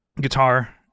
guitar